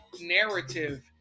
narrative